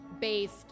based